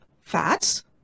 fats